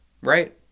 right